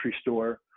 store